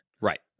Right